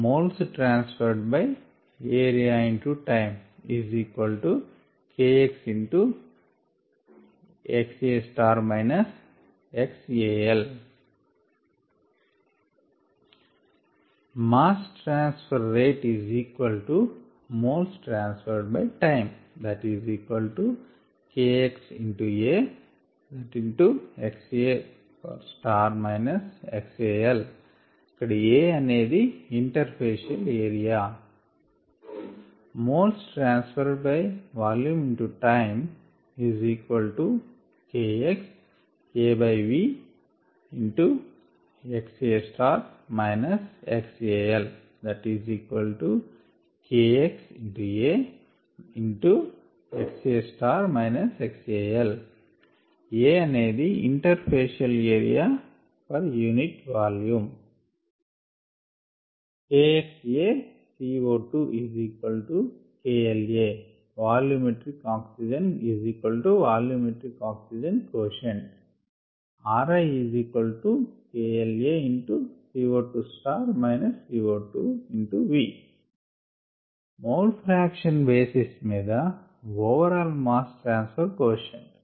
మనము చూసాము Flux molestransferredareatime KxxA xAL The mass transfer rate molestransferredtime KxA xA xAL where A interfacial area molestransferredvolumetimeKxAVxA xALKxaxA xAL where a interfacial area per unit volume interfacial area per unit volume KxaCO2KLa Volumetric oxygen transfer coefficient volumetric oxygen coefficient riKLaCO2 CO2V mole fraction basis మీద overall mass transfer quotient